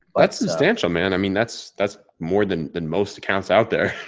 but substantial man. i mean, that's, that's more than than most accounts out there.